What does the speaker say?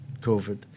COVID